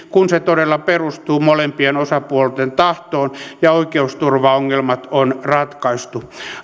kun se todella perustuu molempien osapuolten tahtoon ja oikeusturvaongelmat on ratkaistu